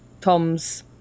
Tom's